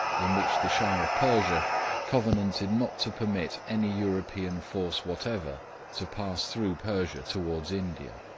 in which the shah of persia covenanted not to permit any european force whatever to pass through persia towards india,